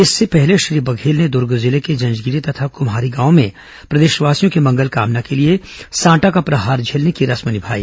इसके पहले श्री बघेल ने दुर्ग जिले के जंजगिरी तथा कुम्हारी गांव में प्रदेशवासियों की मंगलकामना के लिए सांटा का प्रहार झेलने की रस्म निभाई